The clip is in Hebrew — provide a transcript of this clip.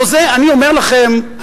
אני אומר לכם,